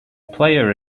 player